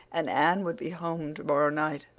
and anne would be home tomorrow night.